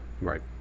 right